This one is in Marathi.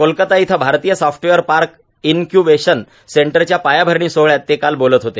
कोलकाता इथं भारतीय सॉफ्टवेअर पार्क इनक्यूबेशन सेंटरच्या पायाभरणी सोहळ्यात ते काल बोलत होते